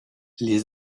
les